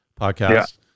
podcast